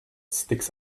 sticks